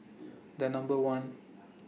The Number one